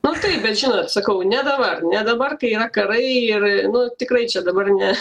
nu taip bet žinot sakau ne dabar ne dabar kai yra karai ir nu tikrai čia dabar ne